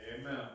Amen